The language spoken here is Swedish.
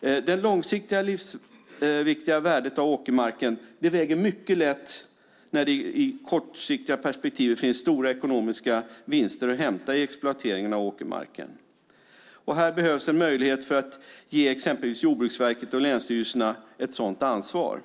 Det långsiktiga livsviktiga värdet av åkermarken väger mycket lätt när det i det kortsiktiga perspektivet finns stora ekonomiska vinster att hämta i exploateringen av åkermarken. Här behövs en möjlighet att ge exempelvis Jordbruksverket och länsstyrelserna ett sådant ansvar.